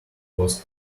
was